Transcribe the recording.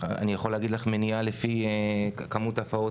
אני יכול להגיד לך מניעה לפי כמות הפרות